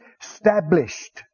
established